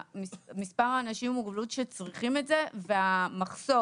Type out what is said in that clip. מספר האנשים עם מוגבלות שצריכים את זה, והמחסור.